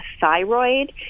thyroid